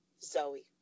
Zoe